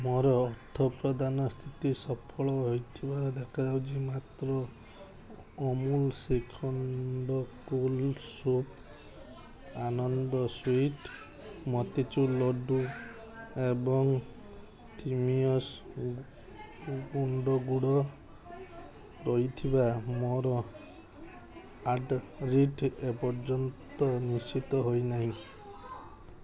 ମୋର ଅର୍ଥପ୍ରଦାନ ସ୍ଥିତି ସଫଳ ହୋଇଥିବାର ଦେଖାଉଛି ମାତ୍ର Amul shrikhand cool soup Anand sweets motichoor laddoo ଏବଂ ତିମିଓସ୍ ଗୁଣ୍ଡ ଗୁଡ଼ ରହିଥିବା ମୋ ଆର୍ଡ଼ର୍ଟି ଏପର୍ଯ୍ୟନ୍ତ ନିଶ୍ଚିତ ହୋଇନାହିଁ